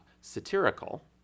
Satirical